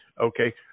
Okay